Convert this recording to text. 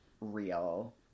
real